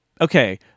Okay